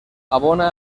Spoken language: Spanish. abona